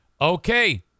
okay